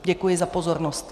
Děkuji za pozornost.